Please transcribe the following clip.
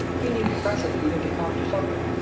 he needed pressing even to come to supper.